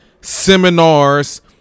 seminars